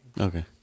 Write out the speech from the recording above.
Okay